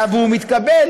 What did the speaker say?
היה והוא יתקבל,